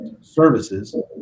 services